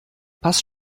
passt